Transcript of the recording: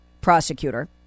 prosecutor